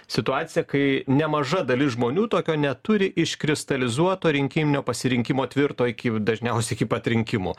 situaciją kai nemaža dalis žmonių tokio neturi iškristalizuoto rinkiminio pasirinkimo tvirto iki dažniausiai iki pat rinkimų